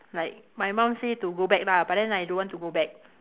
like my mum say to go back lah but then I don't want to go back